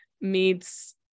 meets